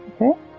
okay